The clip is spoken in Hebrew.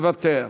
מוותר,